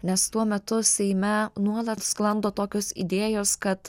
nes tuo metu seime nuolat sklando tokios idėjos kad